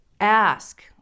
ask